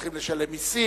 צריכים לשלם מסים,